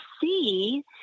see